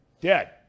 Dead